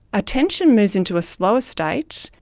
attention moves into a slower state,